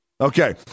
Okay